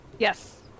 yes